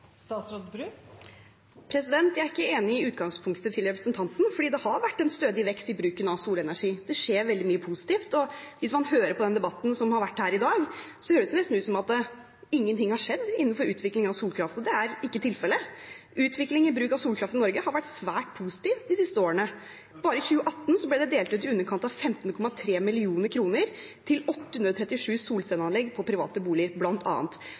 Jeg er ikke enig i utgangspunktet til representanten Myhrvold, for det har vært en stødig vekst i bruken av solenergi. Det skjer veldig mye positivt, men hvis man hører på debatten som har vært her i dag, høres det nesten ut som ingenting har skjedd innenfor utvikling av solkraft. Det er ikke tilfellet. Utviklingen i bruk av solkraft i Norge har vært svært positiv de siste årene. Bare i 2018 ble det delt ut i underkant av 15,3 mill. kr til 837 solcelleanlegg på private boliger